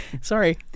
sorry